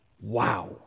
Wow